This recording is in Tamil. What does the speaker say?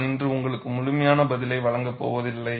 நான் இன்று உங்களுக்கு முழுமையான பதிலை வழங்கப்போவதில்லை